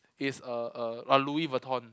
is uh uh a Louis-Vuitton